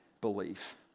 belief